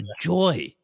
joy